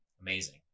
Amazing